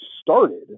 started